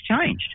changed